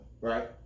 right